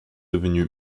devenu